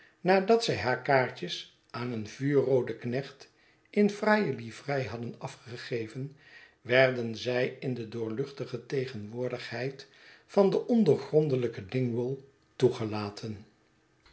nadat zij haar kaartjes aan een vuurrooden knecht in fraaie liverei hadden afgegeven werden zij in de doorluchtige tegenwoordigheid van den ondoorgrondelijken dingwall toegelaten